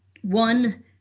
one